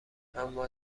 اما